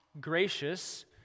gracious